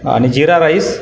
आणि जिरा राईस